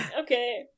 okay